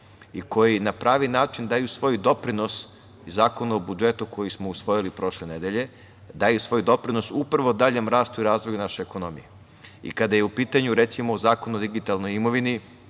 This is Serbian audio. i koji na pravi način daju svoj doprinos, i Zakon o budžetu koji smo usvojili prošle nedelje, upravo daljem rastu i razvoju naše ekonomije. Kada je u pitanju recimo Zakon o digitalnoj imovini